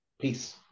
Peace